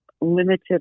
limited